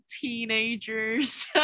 teenagers